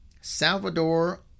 Salvador